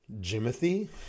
Jimothy